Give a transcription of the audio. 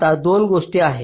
आता 2 गोष्टी आहेत